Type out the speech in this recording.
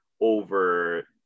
over